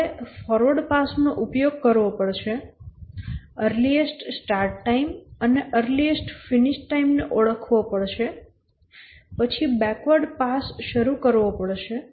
તમારે forward pass નો ઉપયોગ કરવો પડશે અર્લીએસ્ટ સ્ટાર્ટ ટાઈમ અને અર્લીએસ્ટ ફિનિશ ટાઈમ ને ઓળખવો પડશે પછી બેકવર્ડ પાસ શરૂ કરવો પડશે